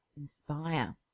inspire